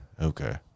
Okay